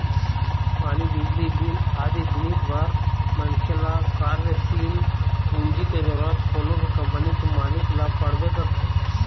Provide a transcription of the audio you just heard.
पानी, बिजली बिल आदि जिनिस बर मनखे ल कार्यसील पूंजी के जरुरत कोनो भी कंपनी के मालिक ल पड़बे करथे